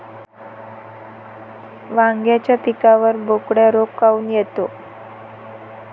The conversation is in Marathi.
वांग्याच्या पिकावर बोकड्या रोग काऊन येतो?